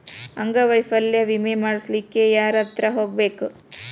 ಅಂಗವೈಫಲ್ಯ ವಿಮೆ ಮಾಡ್ಸ್ಲಿಕ್ಕೆ ಯಾರ್ಹತ್ರ ಹೊಗ್ಬ್ಖು?